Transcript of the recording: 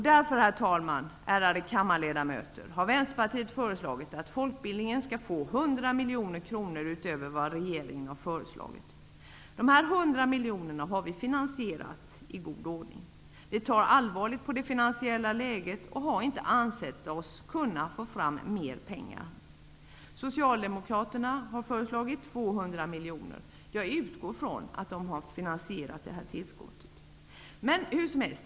Därför, herr talman och ärade kammarledamöter, har Vänsterpartiet föreslagit att folkbildningen skall få 100 miljoner kronor utöver vad regeringen har föreslagit. Dessa 100 miljoner har vi finansierat i god ordning. Vi ser allvarligt på det finansiella läget och har inte ansett oss kunna få fram mera pengar. Socialdemokraterna har föreslagit 200 miljoner. Jag utgår från att de har finansierat detta tillskott.